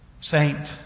Saint